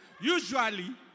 usually